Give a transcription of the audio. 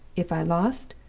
if i lost,